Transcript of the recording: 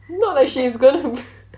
not like she's gonna b~